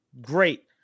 great